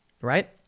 right